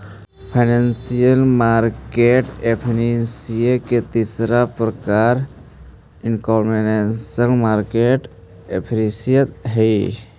financial market efficiency के तीसरा प्रकार इनफॉरमेशनल मार्केट एफिशिएंसी हइ